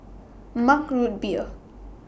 Mug Root Beer